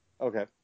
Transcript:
Okay